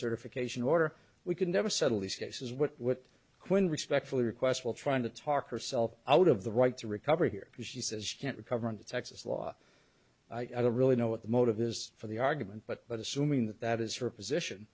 certification order we could never settle these cases what would quinn respectfully request while trying to talk herself out of the right to recover here because she says she can't recover on the texas law i don't really know what the motive is for the argument but but assuming that that is her position